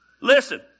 Listen